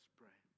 pray